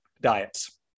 diets